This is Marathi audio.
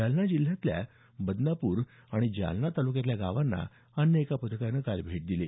जालना जिल्ह्यातल्या बदनापूर आणि जालना तालुक्यातल्या गावांना अन्य एका पथकानं काल भेट दिली